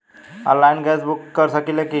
Online gas book कर सकिले की?